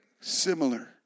similar